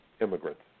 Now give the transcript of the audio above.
Immigrants